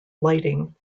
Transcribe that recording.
lighting